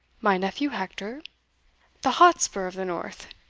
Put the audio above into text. my nephew hector the hotspur of the north?